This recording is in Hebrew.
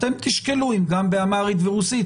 אתם תשקלו אם גם באמהרית ורוסית,